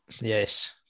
Yes